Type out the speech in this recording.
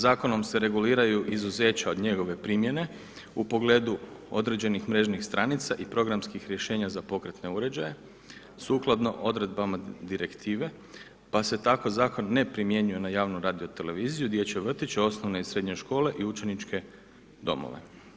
Zakonom se reguliraju izuzeća od njegove primjene u pogledu određenih mrežnih stranica i programskih rješenja za pokretne uređaje sukladno odredbama Direktive pa se tako zakon ne primjenjuje na javnu radio televiziju, dječje vrtiće, osnovne i srednje škole i učeničke domove.